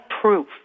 proof